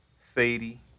Sadie